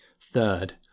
Third